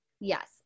Yes